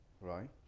right